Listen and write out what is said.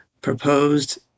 proposed